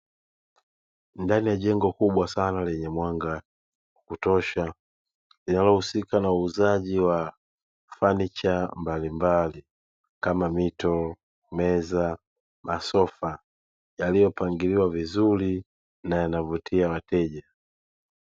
Ndani ya jengo kubwa sana lenye mwanga wa kutosha linalohusika na uuzaji wa fanicha mbalimbali kama: mito, meza, masofa yaliyopangiliwa vizuri na yanavutia wateja.